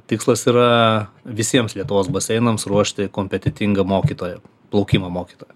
tikslas yra visiems lietuvos baseinams ruošti kompetetingą mokytoją plaukimo mokytoją